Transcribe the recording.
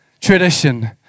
tradition